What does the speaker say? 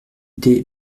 des